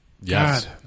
Yes